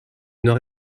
nord